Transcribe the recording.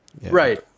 Right